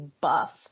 buff